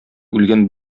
үлгән